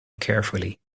carefully